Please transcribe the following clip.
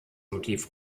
motiv